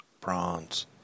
Bronze